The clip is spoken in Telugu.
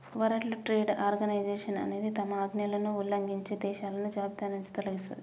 వరల్డ్ ట్రేడ్ ఆర్గనైజేషన్ అనేది తమ ఆజ్ఞలను ఉల్లంఘించే దేశాలను జాబితానుంచి తొలగిస్తది